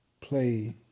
play